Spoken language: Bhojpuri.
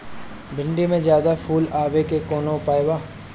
भिन्डी में ज्यादा फुल आवे के कौन उपाय बा?